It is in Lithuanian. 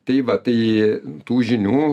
tai va tai tų žinių